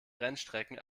rennstrecken